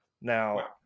Now